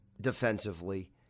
defensively